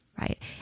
right